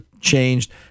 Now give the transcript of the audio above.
changed